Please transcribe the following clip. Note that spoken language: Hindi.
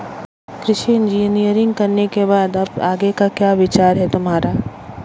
कृषि इंजीनियरिंग करने के बाद अब आगे का क्या विचार है तुम्हारा?